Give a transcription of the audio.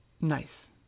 Nice